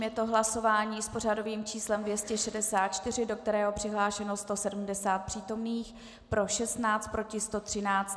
Je to hlasování s pořadovým číslem 264, do kterého je přihlášeno 170 přítomných, pro 16, proti 113.